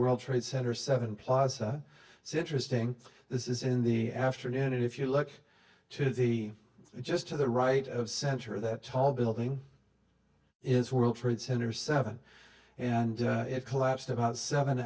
world trade center seven plaza it's interesting this is in the afternoon and if you look just to the right of center that tall building it's world trade center seven and it collapsed about seven